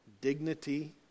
dignity